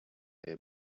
they